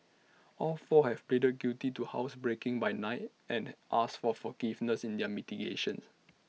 all four have pleaded guilty to housebreaking by night and asked for forgiveness in their mitigation